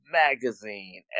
magazine